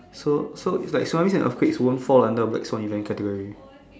so so is like tsunami and earthquakes won't fall under black soil event category